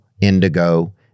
indigo